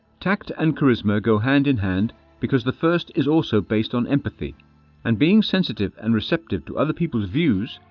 tact and charisma go hand in hand because the first is also based on empathy and being sensitive and receptive to other people's views,